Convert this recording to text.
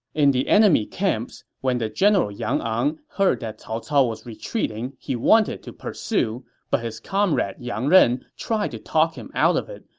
in the enemy camp, so when the general yang ang heard that cao cao was retreating, he wanted to pursue, but his comrade yang ren tried to talk him out of it,